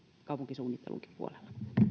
kaupunkisuunnittelunkin puolella